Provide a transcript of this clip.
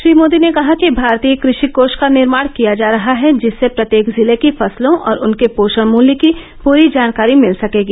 श्री मोदी ने कहा कि भारतीय कृषि कोष का निर्माण किया जा रहा है जिससे प्रत्येक जिले की फसलों और उनके पोषण मूल्य की पूरी जानकारी मिल सकेगी